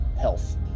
health